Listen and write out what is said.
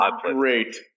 Great